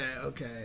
okay